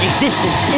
existence